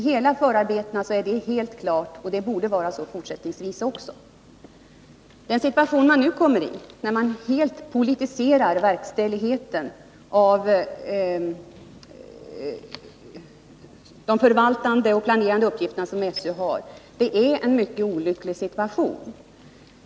Detta är angivet helt klart i alla förarbeten, och så borde det vara också fortsättningsvis. Den situation man nu kommer i — när man helt politiserar de förvaltande och planerande uppgifter som SÖ har — är mycket olycklig.